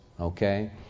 okay